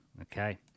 Okay